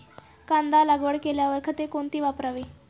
कांदा लागवड केल्यावर खते कोणती वापरावी?